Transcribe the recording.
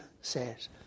says